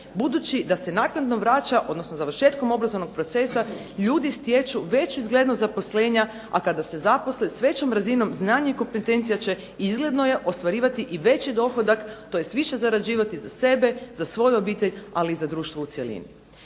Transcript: budući da se naknadno vraća odnosno završetkom obrazovnog procesa ljudi stječu veću izglednost zaposlenja a kada se zaposle s većom razinom znanja i kompetencije će izgledno je ostvarivati i veći dohodak tj. više zarađivati za sebe, za svoju obitelj ali i za društvo u cjelini.